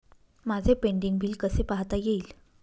माझे pending bill कसे पाहता येईल?